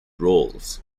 roles